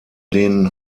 den